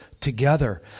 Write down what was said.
together